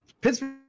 Pittsburgh